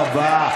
תודה רבה.